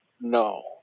No